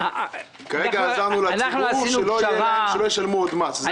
כרגע עזרנו לציבור, שלא ישלמו עוד מס.